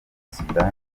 sudani